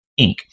Inc